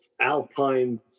Alpine